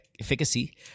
efficacy